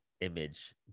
image